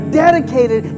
dedicated